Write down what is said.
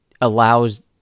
allows